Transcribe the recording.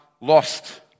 lost